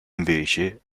invece